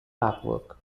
artwork